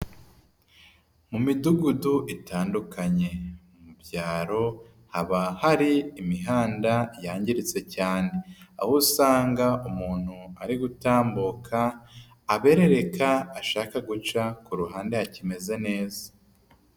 Mu midugudu itandukanye mu byaro, haba hari imihanda yangiritse cyane, aho usanga umuntu ari gutambuka aberereka, ashaka guca ku ruhande hakimeze neza.